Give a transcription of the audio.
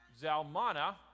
Zalmana